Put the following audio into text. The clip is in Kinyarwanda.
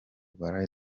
rwa